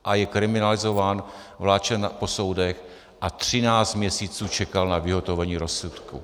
A je kriminalizován, vláčen po soudech a třináct měsíců čekal na vyhotovení rozsudku.